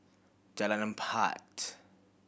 Jalan Empat